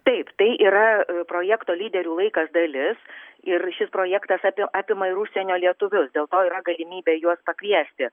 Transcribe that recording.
taip tai yra projekto lyderių laikas dalis ir šis projektas api apima ir užsienio lietuvius dėl to yra galimybė juos pakviesti